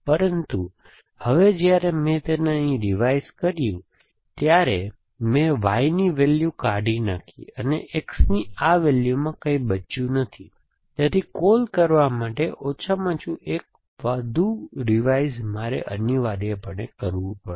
પરંતુ હવે જ્યારે મેં તેને અહીં રિવાઇઝ કર્યું ત્યારે મેં Y ની વેલ્યુ કાઢી નાખી અને X ની આ વેલ્યુમાં કંઈ બચ્યું નથી તેથી કૉલ કરવા માટે ઓછામાં ઓછું એક વધુ રિવાઇઝ મારે અનિવાર્યપણે કરવું પડશે